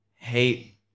hate